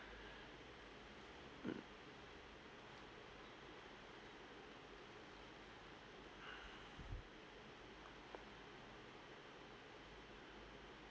mm